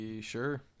Sure